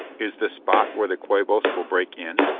is the spot where the quabos will break in?